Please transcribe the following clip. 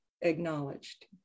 acknowledged